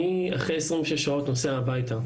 אחרי 26 שעות אני נוסע הביתה.